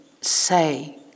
say